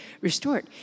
restored